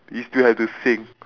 you still have to sing